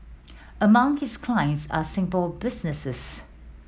among his clients are Singapore businesses